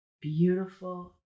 beautiful